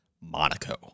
Monaco